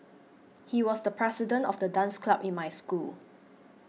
he was the president of the dance club in my school